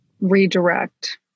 redirect